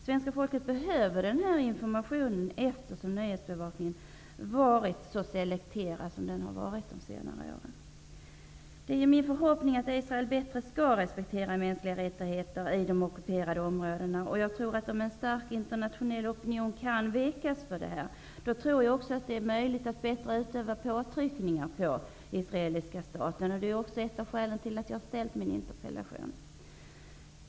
Svenska folket behöver faktiskt denna information, eftersom nyhetsbevakningen varit så selekterad som den varit under senare år. Det är min förhoppning att Israel bättre skall respektera mänskliga rättigheter i de ockuperade områdena, och jag tror att om en stark internationell opinion kan väckas för detta, tror jag att det blir möjligt att bättre utöva påtryckningar på den israeliska staten. Detta är också ett av skälen till att jag har framställt min interpellation.